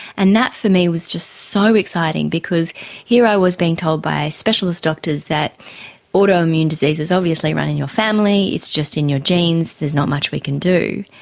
and that for me was just so exciting, because here i was being told by specialist doctors that autoimmune diseases obviously run in your family, it's just in your genes, there's not much we can do.